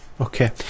Okay